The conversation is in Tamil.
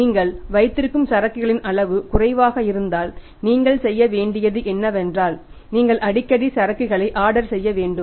நீங்கள் வைத்திருக்கும் சரக்குகளின் அளவு குறைவாக இருந்தால் நீங்கள் செய்ய வேண்டியது என்னவென்றால் நீங்கள் அடிக்கடி சரக்குகளை ஆர்டர் செய்ய வேண்டும்